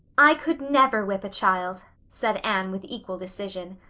i could never whip a child, said anne with equal decision.